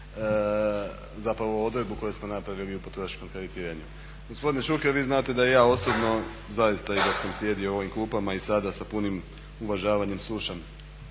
zapravo odredbu koju smo napravili u potrošačkom kreditiranju. Gospodine Šuker, vi znate da ja osobno zaista i dok sam sjedio u ovim klupama i sada sa punim uvažavanjem slušam.